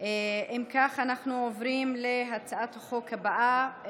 אם כך, אנחנו עוברים להצעת החוק הבאה: